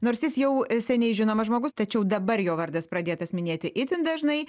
nors jis jau seniai žinomas žmogus tačiau dabar jo vardas pradėtas minėti itin dažnai